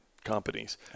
companies